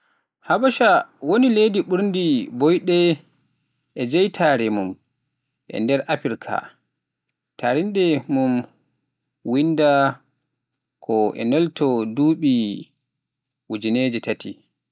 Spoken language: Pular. Habasha woni leydi ɓurndi ɓooyde e jeytaare mum e nder Afrik, taariindi mum winndaa ko ina tolnoo e duuɓi ujineeje taati,